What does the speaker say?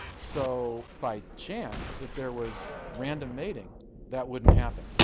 so by chance if there was random mating that wouldn't happen.